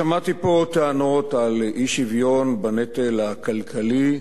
שמעתי פה טענות על אי-שוויון בנטל הכלכלי,